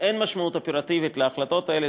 אין משמעות אופרטיבית להחלטות האלה,